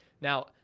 Now